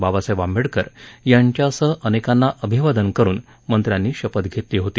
बाबासाहेब आंबेडकर यांच्यासह अनेकांना अभिवादन करुन मंत्र्यांनी शपथ घेतली होती